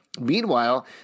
Meanwhile